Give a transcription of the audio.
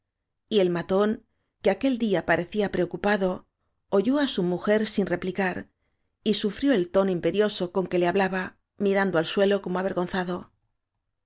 y el matón que aquel día parecía preocupa do oyó á su mujer sin replicar y sufrió el tono imperioso con que le hablaba mirando al suelo como avergonzado